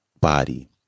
body